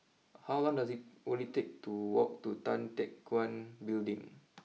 how long does it will it take to walk to Tan Teck Guan Building